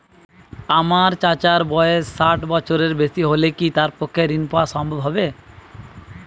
আমার চাচার বয়স ষাট বছরের বেশি হলে কি তার পক্ষে ঋণ পাওয়া সম্ভব হবে?